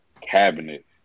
cabinet